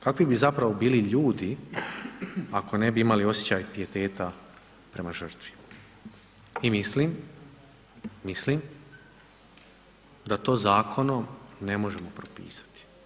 Kakvi bi zapravo bili ljudi ako ne bi imali osjećaj pijeteta prema žrtvi i mislim, mislim da to zakonom ne možemo propisati.